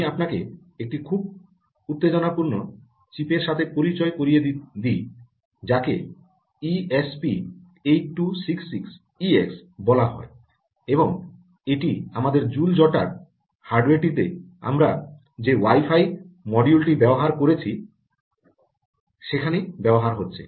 আমি আপনাকে একটি খুব উত্তেজনাপূর্ণ চিপের সাথে পরিচয় করিয়ে দিই যাকে ইএসপি 8266 ইএক্স বলা হয় এবং এটি আমাদের জুল জটার হার্ডওয়ারটিতে আমরা যে ওয়াই ফাই মডিউলটি ব্যবহার করেছি সেখানে ব্যবহার হচ্ছে